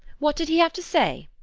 what did he have to say?